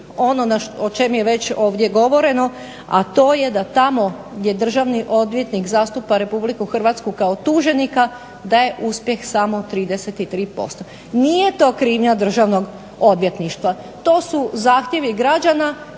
ono o čemu je već ovdje govoreno, a to je da tamo gdje državni odvjetnik zastupa RH kao tuženika da je uspjeh samo 33%. Nije to krivnja državnog odvjetništva, to su zahtjevi građana